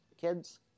kids